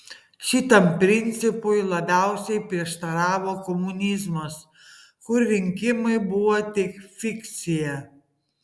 šitam principui labiausiai prieštaravo komunizmas kur rinkimai buvo tik fikcija